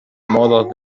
modos